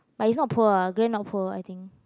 but he's not a poor ah Glen not poor I think